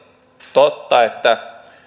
totta että